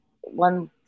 one